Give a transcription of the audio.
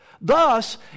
Thus